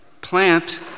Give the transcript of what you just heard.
plant